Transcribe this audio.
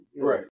Right